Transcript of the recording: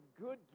good